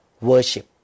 worship